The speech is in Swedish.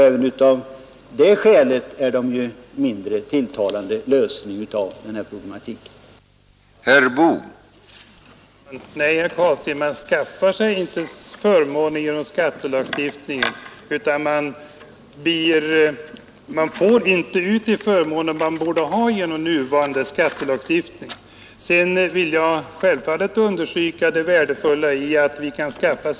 Även av det skälet är de en mindre tilltalande lösning av det problem vi här rör oss med.